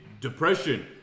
depression